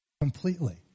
completely